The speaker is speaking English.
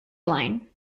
line